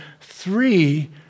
three